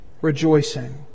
rejoicing